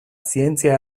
zientzia